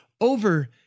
over